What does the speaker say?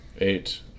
Eight